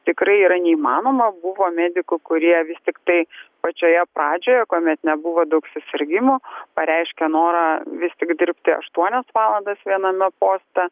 tikrai yra neįmanoma buvo medikų kurie vis tiktai pačioje pradžioje kuomet nebuvo daug susirgimų pareiškė norą vis tik dirbti aštuonias valandas viename poste